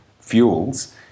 fuels